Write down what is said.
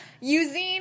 Using